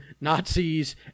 Nazis